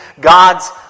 God's